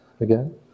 again